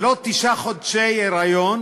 זה לא תשעה חודשי היריון